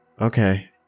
Okay